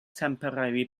temporary